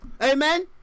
Amen